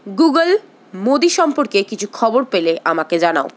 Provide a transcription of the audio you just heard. Google Modi সম্পর্কে কিছু খবর পেলে আমাকে জানাও